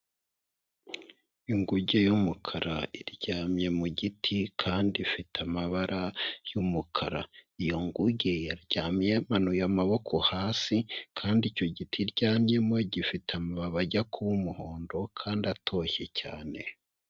Inguge y'umukara iryamye mu giti kandi ifite amabara y'umukara, iyo nguge yaryamye yamanuye amaboko hasi, kandi icyo giti iryamyemo gifite amababi ajya kuba umuhondo kandi atoshye cyane.